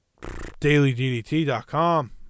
DailyDDT.com